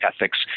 ethics